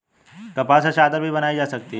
कपास से चादर भी बनाई जा सकती है